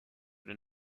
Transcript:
den